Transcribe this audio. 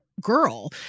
girl